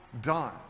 done